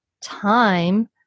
time